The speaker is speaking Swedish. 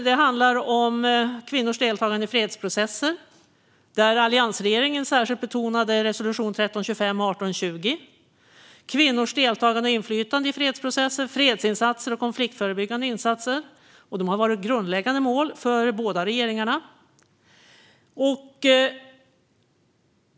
Det handlar om kvinnors deltagande i fredsprocesser, där alliansregeringen särskilt betonade resolutionerna 1325 och 1820, kvinnors deltagande och inflytande i fredsprocesser, fredsinsatser och konfliktförebyggande insatser. Detta har varit grundläggande mål för båda regeringarna.